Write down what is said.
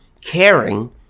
caring